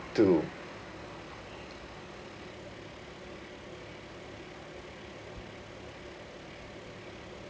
to